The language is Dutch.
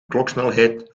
kloksnelheid